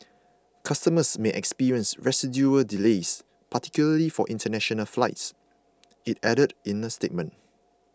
customers may experience residual delays particularly for international flights it added in a statement